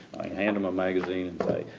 i hand them a magazine and say,